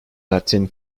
latin